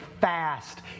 fast